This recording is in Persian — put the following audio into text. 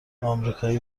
امریکایی